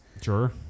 Sure